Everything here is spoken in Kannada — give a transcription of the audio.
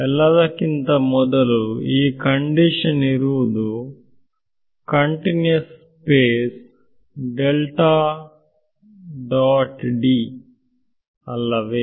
ಎಲ್ಲದಕ್ಕಿಂತ ಮೊದಲು ಈ ಕಂಡಿಶನ್ ಇರುವುದು ಕಂಟಿನಿಯಸ್ ಸ್ಪೇಸ್ ಗೆ ಅಲ್ಲವೇ